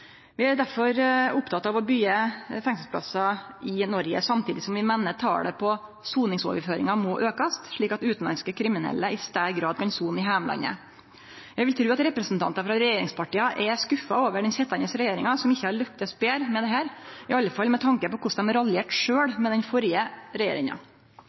Vi er derfor opptekne av å byggje fengselsplassar i Noreg, samtidig som vi meiner at talet på soningsoverføringar må aukast, slik at utanlandske kriminelle i større grad kan sone i heimlandet. Eg vil tru at representantar frå regjeringspartia er skuffa over den sitjande regjeringa som ikkje har lykkast betre med dette, i alle fall med tanke på korleis dei sjølv raljerte med den førre regjeringa.